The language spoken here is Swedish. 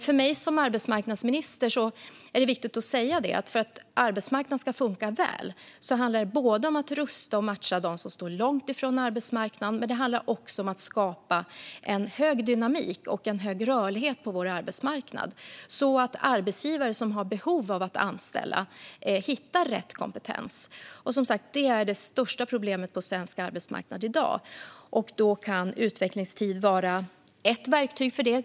För att arbetsmarknaden ska funka väl, och detta är viktigt att säga för mig som arbetsmarknadsminister, handlar det både om att rusta och matcha dem som står långt från arbetsmarknaden och att skapa en hög dynamik och en hög rörlighet på vår arbetsmarknad så att arbetsgivare som har behov av att anställa hittar rätt kompetens. Det är som sagt det största problemet på svensk arbetsmarknad i dag, och då kan utvecklingstid vara ett verktyg för det.